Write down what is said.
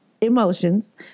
emotions